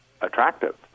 attractive